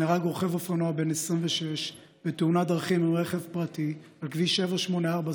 נהרג רוכב אופנוע בן 26 בתאונת דרכים עם רכב פרטי על כביש 784,